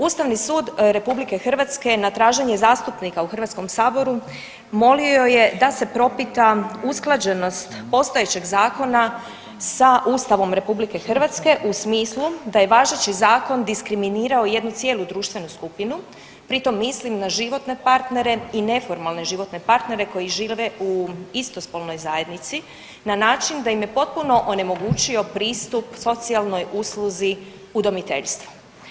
Ustavni sud RH na traženje zastupnika u HS molio je da se propita usklađenost postojećeg zakona sa Ustavom RH u smislu da je važeći zakon diskriminirao jednu cijelu društvenu skupinu pri tom mislim na životne partnere i neformalne životne partnere koji žive u istospolnoj zajednici na način da im je potpuno onemogućio pristup socijalnoj usluzi udomiteljstva.